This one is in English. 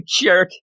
jerk